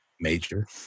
major